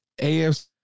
AFC